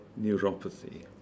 neuropathy